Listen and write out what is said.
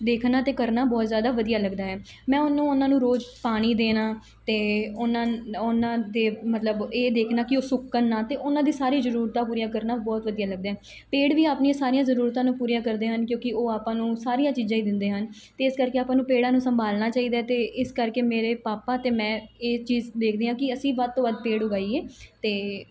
ਦੇਖਣਾ ਅਤੇ ਕਰਨਾ ਬਹੁਤ ਜ਼ਿਆਦਾ ਵਧੀਆ ਲੱਗਦਾ ਹੈ ਮੈਂ ਉਹਨੂੰ ਉਹਨਾਂ ਨੂੰ ਰੋਜ਼ ਪਾਣੀ ਦੇਣਾ ਅਤੇ ਉਹਨਾਂ ਉਹਨਾਂ ਦੇ ਮਤਲਬ ਇਹ ਦੇਖਣਾ ਕਿ ਉਹ ਸੁੱਕਣ ਨਾ ਅਤੇ ਉਹਨਾਂ ਦੀ ਸਾਰੀ ਜ਼ਰੂਰਤਾਂ ਪੂਰੀਆਂ ਕਰਨਾ ਬਹੁਤ ਵਧੀਆ ਲੱਗਦਾ ਪੇੜ ਵੀ ਆਪਣੀਆਂ ਸਾਰੀਆਂ ਜ਼ਰੂਰਤਾਂ ਨੂੰ ਪੂਰੀਆਂ ਕਰਦੇ ਹਨ ਕਿਉਂਕਿ ਉਹ ਆਪਾਂ ਨੂੰ ਸਾਰੀਆਂ ਚੀਜ਼ਾਂ ਹੀ ਦਿੰਦੇ ਹਨ ਅਤੇ ਇਸ ਕਰਕੇ ਆਪਾਂ ਨੂੰ ਪੇੜਾਂ ਨੂੰ ਸੰਭਾਲਣਾ ਚਾਹੀਦਾ ਅਤੇ ਇਸ ਕਰਕੇ ਮੇਰੇ ਪਾਪਾ ਅਤੇ ਮੈਂ ਇਹ ਚੀਜ਼ ਦੇਖਦੀ ਹਾਂ ਕਿ ਅਸੀਂ ਵੱਧ ਤੋਂ ਵੱਧ ਪੇੜ ਉਗਾਈਏ ਅਤੇ